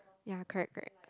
ya correct correct